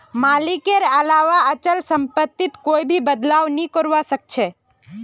मालिकेर अलावा अचल सम्पत्तित कोई भी बदलाव नइ करवा सख छ